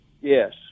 Yes